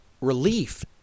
relief